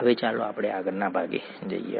હવે ચાલો આગળનો ભાગ જોઈએ